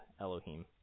Elohim